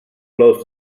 close